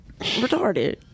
Retarded